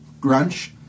grunch